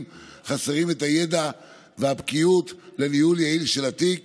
חסרים את הידע והבקיאות לניהול יעיל של התיק